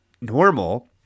normal